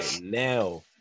Now